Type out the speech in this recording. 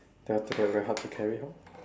then after that very hard to carry how